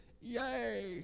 yay